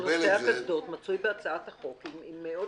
שנושא הקסדות מצוי בהצעת החוק עם עוד